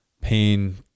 pain